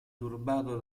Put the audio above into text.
turbato